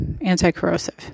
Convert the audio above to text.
Anti-corrosive